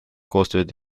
koostööd